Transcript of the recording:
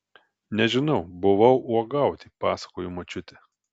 nežinau buvau uogauti pasakojo močiutė